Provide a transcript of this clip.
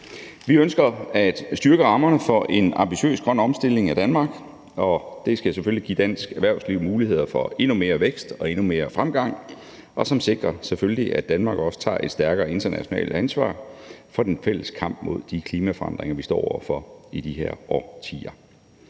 Vi ønsker at styrke rammerne for en ambitiøs grøn omstilling af Danmark, og det skal selvfølgelig give dansk erhvervsliv muligheder for endnu mere vækst og endnu mere fremgang – og sikre, selvfølgelig, at Danmark også tager et stærkere internationalt ansvar for den fælles kamp mod de klimaforandringer, vi står over for i de her årtier.